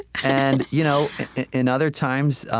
and you know in other times,